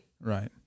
right